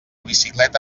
bicicleta